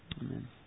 Amen